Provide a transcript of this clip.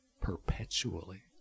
perpetually